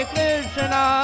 Krishna